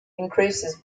increases